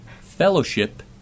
fellowship